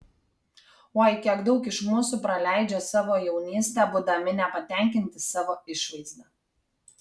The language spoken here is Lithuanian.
oi kiek daug iš mūsų praleidžia savo jaunystę būdami nepatenkinti savo išvaizda